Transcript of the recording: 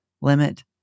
limit